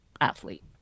athlete